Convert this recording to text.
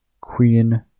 Queen